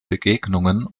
begegnungen